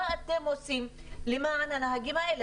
מה אתם עושים למען הנהגים האלה?